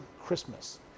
Christmas